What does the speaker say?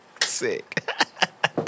Sick